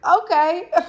Okay